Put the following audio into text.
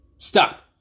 Stop